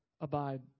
Abide